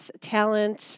talent